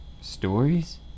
stories